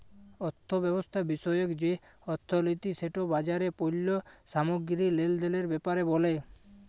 অথ্থব্যবস্থা বিষয়ক যে অথ্থলিতি সেট বাজারে পল্য সামগ্গিরি লেলদেলের ব্যাপারে ব্যলে